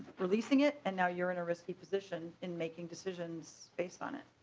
releasing it and now you're in a risky position in making decisions based on it.